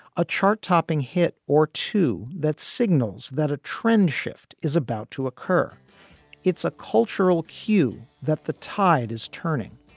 a chart topping hit or two that signals that a trend shift is about to occur it's a cultural cue that the tide is turning.